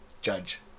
judge